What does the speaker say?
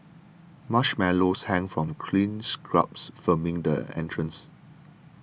marshmallows hang from green shrubs framing the entrance